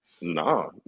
No